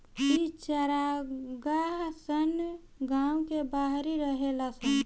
इ चारागाह सन गांव के बाहरी रहेला सन